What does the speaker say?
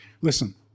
Listen